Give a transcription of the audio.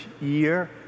year